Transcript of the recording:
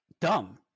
dumb